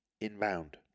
inbound